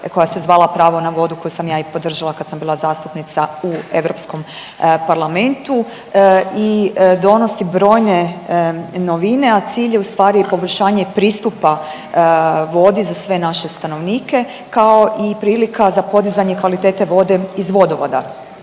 koje se zvala Pravo na vodu koju sam ja i podržala kad sam bila zastupnica u Europskom parlamentu. I donosi brojne novine, a cilj je ustvari poboljšanje pristupa vodi za sve naše stanovnike kao i prilika za podizanje kvalitete vode iz vodovoda.